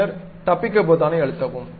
பின்னர் தப்பிக்க பொத்தானை அழுத்தவும்